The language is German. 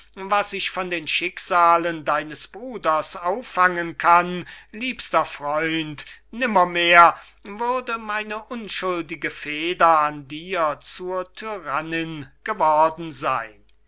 was ich von den schicksalen deines bruders auffangen kann liebster freund nimmermehr würde meine unschuldige feder an dir zur tyranninn geworden seyn